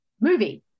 movie